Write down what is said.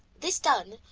this done,